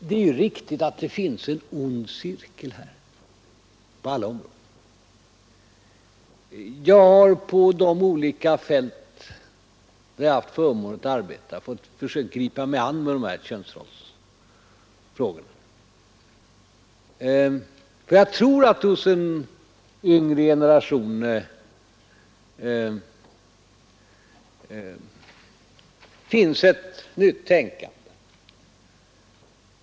Det är riktigt att det finns en ond cirkel på alla områden. Jag har på de olika fält där jag haft förmånen att arbeta försökt gripa mig an med könsrollsfrågorna. Jag tror att det hos en yngre generation finns ett nytt tänkande.